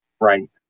Right